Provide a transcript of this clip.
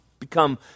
become